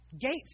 Gates